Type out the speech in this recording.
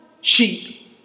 sheep